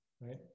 right